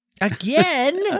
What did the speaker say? Again